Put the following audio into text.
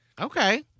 Okay